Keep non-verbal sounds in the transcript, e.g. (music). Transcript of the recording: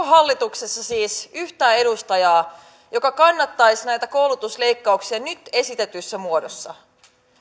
(unintelligible) hallituksessa siis yhtään edustajaa joka kannattaisi näitä koulutusleikkauksia nyt esitetyssä muodossa